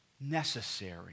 Necessary